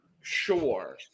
sure